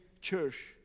church